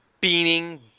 beaming